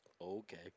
Okay